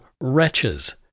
Wretches